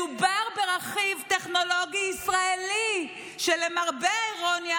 מדובר ברכיב טכנולוגי ישראלי, שלמרבה האירוניה